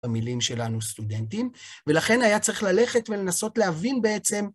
במילים שלנו סטודנטים, ולכן היה צריך ללכת ולנסות להבין בעצם